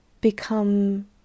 become